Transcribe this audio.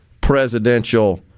presidential